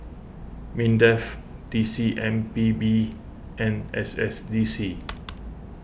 Mindef T C M P B and S S D C